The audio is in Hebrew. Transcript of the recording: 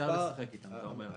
אפשר לשחק איתם.